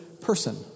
person